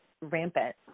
rampant